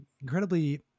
incredibly